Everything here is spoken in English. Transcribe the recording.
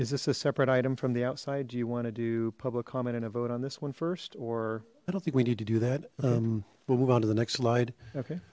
is this a separate item from the outside do you want to do public comment and a vote on this one first or i don't think we need to do that we'll move on to the next slide okay